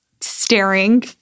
staring